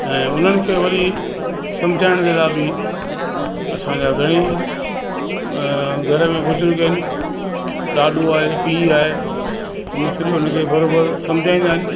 ऐं उन्हनि खे वरी सम्झाइण जे लाइ बि असांजा घणई घर में बुजुर्ग आहिनि ॾाॾो आहे पीउ आहे उहो सॼो उनखे बराबरि सम्झाईंदा आहिनि